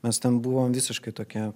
mes ten buvom visiškai tokia